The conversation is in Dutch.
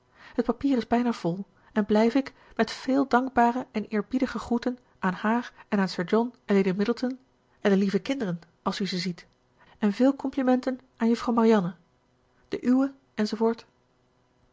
het papier is bijna vol en blijf ik met veel dankbare en eerbiedige groeten aan haar en aan sir john en lady middleton en de lieve kinderen als u ze ziet en veel complimenten aan juffrouw marianne de